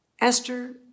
Esther